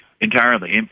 Entirely